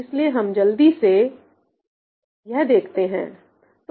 इसलिए हम जल्दी से देखते यह हैं